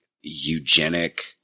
eugenic